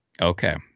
Okay